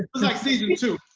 was like season two,